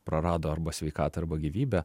prarado arba sveikatą arba gyvybę